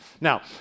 Now